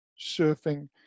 surfing